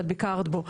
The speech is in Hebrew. שאת ביקרת בו.